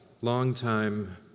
longtime